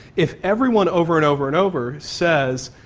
if everyone over and over and over says,